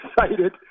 excited